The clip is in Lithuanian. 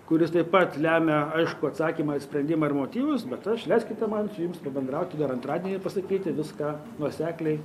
kuris taip pat lemia aiškų atsakymą į sprendimą ir motyvus bet aš leiskite man su jums pabendrauti dar antradienį ir pasakyti viską nuosekliai